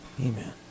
Amen